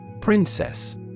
Princess